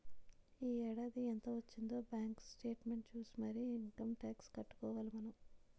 ఈ ఏడాది ఎంత వొచ్చిందే బాంకు సేట్మెంట్ సూసి మరీ ఇంకమ్ టాక్సు కట్టుకోవాలి మనం